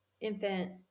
infant